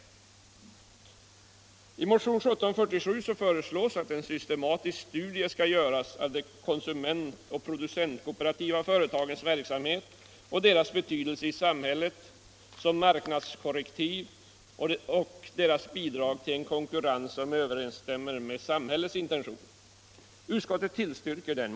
I motionen 1747 föreslås att en systematisk studie skall göras av de konsumentoch producentkooperativa företagens verksamhet och deras betydelse i samhället som marknadskorrektiv och deras bidrag till en konkurrens som överensstämmer med samhällets intentioner. Utskottet tillstyrker motionen.